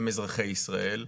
שהם אזרחי ישראל,